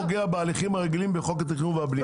זה לא פוגע בהליכים הרגילים בחוק התכנון והבנייה.